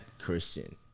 Christian